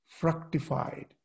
fructified